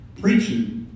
preaching